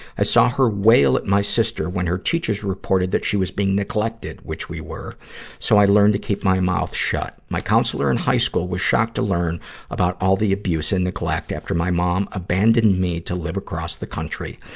i saw her wail at my sister when her teachers reported that she was being neglected which we were so i learned to keep my mouth shut. my counselor in high school was shocked to learn about all the abuse and neglect after my mom abandoned me to live across the country.